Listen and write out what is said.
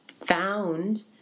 found